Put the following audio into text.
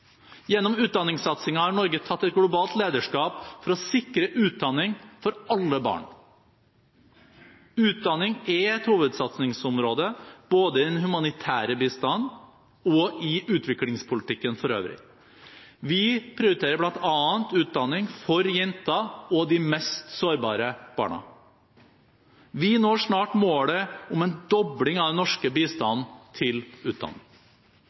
Gjennom utdanningssatsingen har Norge tatt et globalt lederskap for å sikre utdanning for alle barn. Utdanning er et hovedsatsingsområde, både i den humanitære bistanden og i utviklingspolitikken for øvrig. Vi prioriterer bl.a. utdanning for jenter og de mest sårbare barna. Vi når snart målet om en dobling av den norske bistanden til utdanning.